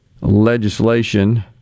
legislation